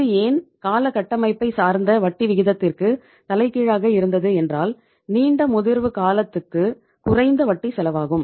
இது ஏன் கால கட்டமைப்பைச் சார்ந்த வட்டி விகிதத்திற்கு தலைகீழாக இருந்தது என்றால் நீண்ட முதிர்வு காலத்துக்கு குறைந்த வட்டி செலவாகும்